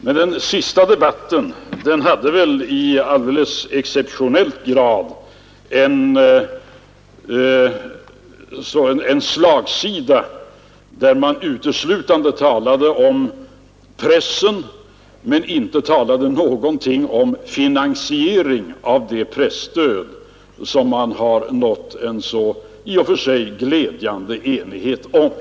Det senaste meningsutbytet hade väl i alldeles exceptionell grad en slagsida, då man uteslutande talade om presstödet men inte sade någonting om finansieringen av det presstöd som man har nått en så i och för sig glädjande enighet om.